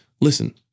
Listen